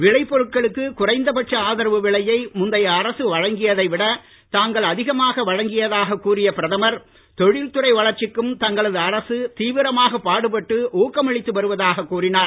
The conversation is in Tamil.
விளை பொருட்களுக்கு குறைந்த பட்ச ஆதரவு விலையை முந்தைய அரசு வழங்கியதை விட தாங்கள் அதிகமாக வழங்கியதாக கூறிய பிரதமர் தொழில்துறை வளர்ச்சிக்கும் தங்களது அரசு தீவிரமாக பாடுபட்டு ஊக்கமளித்து வருவதாக கூறினார்